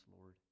Lord